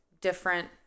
different